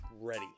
ready